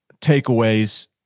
takeaways